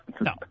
No